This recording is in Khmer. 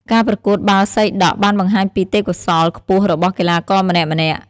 ការប្រកួតបាល់សីដក់បានបង្ហាញពីទេពកោសល្យខ្ពស់របស់កីឡាករម្នាក់ៗ។